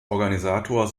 organisator